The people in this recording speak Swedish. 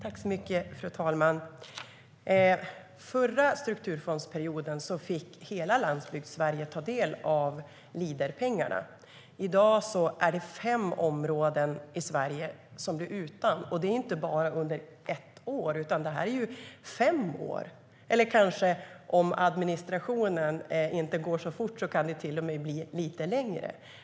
Fru talman! Förra strukturfondsperioden fick hela Landsbygdssverige ta del av Leaderpengarna. I dag är det fem områden i Sverige som blir utan. Det handlar inte om bara ett år, utan det är fråga om fem år. Om administrationen inte går så fort kan det till och med bli lite längre.